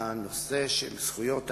הנושא של זכויות האדם,